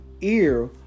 ear